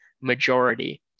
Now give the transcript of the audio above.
majority